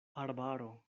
arbaro